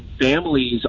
families